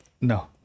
No